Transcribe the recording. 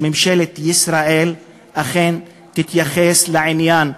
שממשלת ישראל אכן תתייחס לעניין בחומרה,